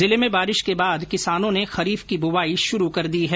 जिले में बारिश के बाद किसानों ने खरीफ की बुवाई शुरू कर दी है